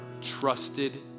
trusted